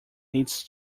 needs